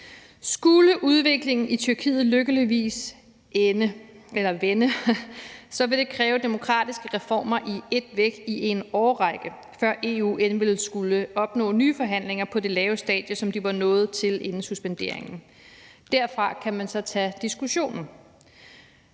Skulle udviklingen i Tyrkiet lykkeligvis vende, vil det kræve demokratiske reformer i et væk i en årrække, før EU ville skulle opnå nye forhandlinger på det lave stadie, som de var nået til inden suspenderingen. Derfra kan man så tage diskussionen.